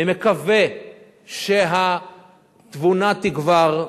אני מקווה שהתבונה תגבר,